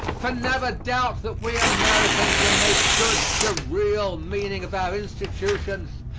for never doubt that we americans will make good the real meaning of our institutions.